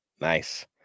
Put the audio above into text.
Nice